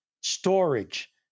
storage